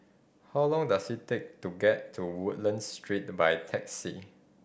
how long does it take to get to Woodlands Street by taxi